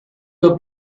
the